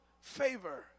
favor